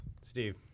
Steve